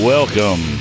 Welcome